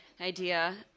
idea